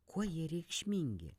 kuo jie reikšmingi